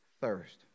thirst